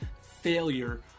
failure